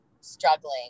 struggling